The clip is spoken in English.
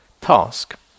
task